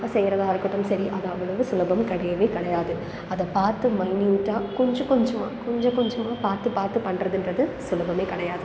செய்கிறதா இருக்கட்டும் சரி அது அவ்வளவு சுலபம் கிடையவே கிடையாது அதை பார்த்து மைன்யூட்டாக கொஞ்சம் கொஞ்சமாக கொஞ்சம் கொஞ்சமாக பார்த்துப் பார்த்து பண்ணுறதுன்றது சுலபமே கிடையாது